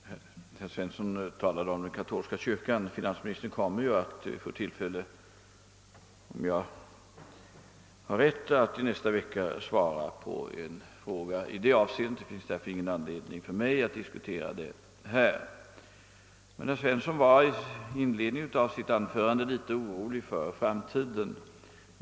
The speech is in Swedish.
Herr talman! Herr Svensson i Kungälv talade om en katolsk kyrka i Stockholm. Finansministern kommer, om jag minns rätt, att i nästa vecka få tillfälle att svara på en fråga om den. Det finns därför ingen anledning för mig att diskutera saken. Herr Svensson var i inledningen till sitt anförande litet orolig för framtiden.